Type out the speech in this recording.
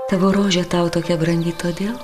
tavo rožė tau tokia brangi todėl